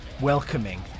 welcoming